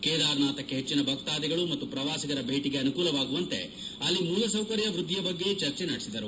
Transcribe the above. ಕೇದಾರನಾಥಕ್ಕೆ ಹೆಚ್ಚಿನ ಭಕ್ತಾಧಿಗಳು ಮತ್ತು ಪ್ರವಾಸಿಗರ ಭೇಟಿಗೆ ಅನುಕೂಲವಾಗುವಂತೆ ಅಲ್ಲಿ ಮೂಲಸೌಕರ್ಯ ವೃದ್ದಿಯ ಬಗ್ಗೆ ಚರ್ಚೆ ನಡೆಸಿದರು